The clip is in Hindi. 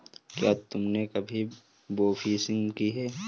क्या तुमने कभी बोफिशिंग की है?